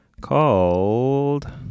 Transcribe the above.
called